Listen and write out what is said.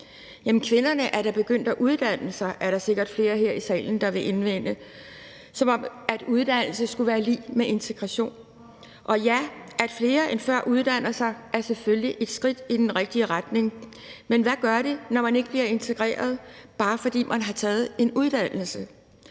kvinderne er da begyndt at uddanne sig, er der sikkert flere her i salen, der vil indvende, som om uddannelse skulle være lig med integration. Og ja, at flere end før uddanner sig, er selvfølgelig et skridt i den rigtige retning, men hvad gør det, når man ikke bliver integreret, bare fordi man har taget en uddannelse?